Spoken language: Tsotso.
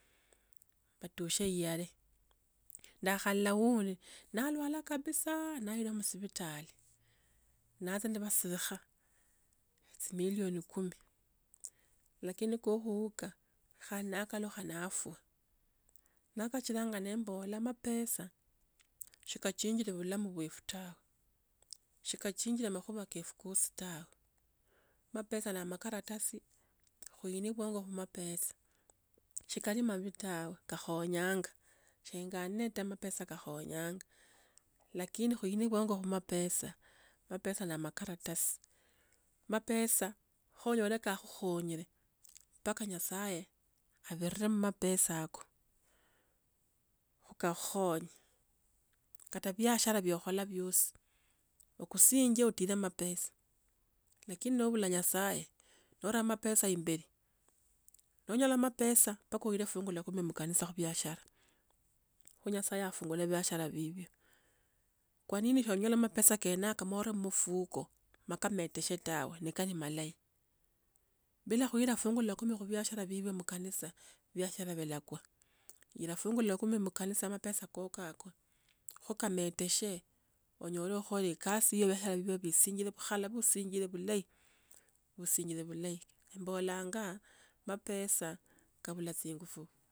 Vatushe yale, ndakhalola wundi ,nalwala kabisaaaa, nayirwa musivitali. Natsya nivasirikha ne, tsi million kumi. Lakini kokhuuka khandi nakalukha nafwa. Nako kachiranga nembola mapesa shikachijire valamu vwefu tawe, shikachinjire makhuva kefu kosi tawe. Mapesa na makaratasi khuinye vwongo khu mapesa. Shikali mavi tawo, kakhonyanga, shinganre mapesa kakhonyanga. Lakini khuinie vwongo mapesa, mapesa na makartasi. Mapesa khonyole kakhukhonyre. Mpaka Nyasaye khaperere mapesa aku, okhahonye. Kata biashara vyo khola vyosi, okusinje otire mapesa, lakini nobula nyasaye, bora mapesa yimberi. Nonyola mapesa mpaka oire fungu la kumi mukanisa khu biashara kho nyasaye afungule biashara vindi, kwa nini shonyala mapesa kenako nora mafuko ma kameteshe tawe ni kali malayi. Bila khuira fungu la kumi khu viashara vivyo mukanisa, viashara vilakwa. Yira fungu la kumi mukanisa mapesa koko ako kamateshe onyole khukhala e khasi yiyo vyahe hivyo visinjire, vukhala vusunjire vulayi, vusunyire vulayi mbolanga mapesa kavula tsingufu.